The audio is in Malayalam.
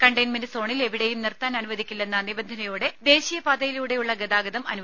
കണ്ടെയ്ൻമെന്റ് സോണിൽ എവിടെയും നിർത്താൻ അനുവദിക്കില്ലെന്ന നിബന്ധനയോടെ ദേശീയപാതയിലൂടെയുള്ള ഗതാഗതം അനുവദിക്കും